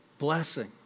blessing